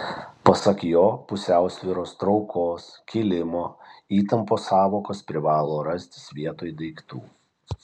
pasak jo pusiausvyros traukos kilimo įtampos sąvokos privalo rastis vietoj daiktų